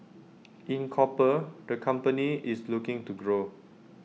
in copper the company is looking to grow